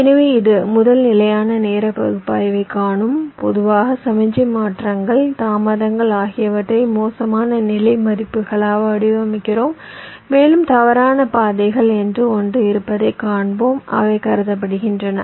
எனவே இது முதல் நிலையான நேர பகுப்பாய்வைக் காணும் பொதுவாக சமிக்ஞை மாற்றங்கள் தாமதங்கள் ஆகியவற்றை மோசமான நிலை மதிப்புகளாக வடிவமைக்கிறோம் மேலும் தவறான பாதைகள் என்று ஒன்று இருப்பதைக் காண்போம் அவை கருதப்படுகின்றன